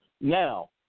Now